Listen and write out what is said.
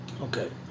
Okay